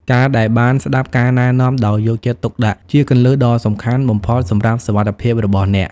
ការដែលបានស្ដាប់ការណែនាំដោយយកចិត្តទុកដាក់ ជាគន្លឹះដ៏សំខាន់បំផុតសម្រាប់សុវត្ថិភាពរបស់អ្នក។